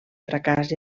fracàs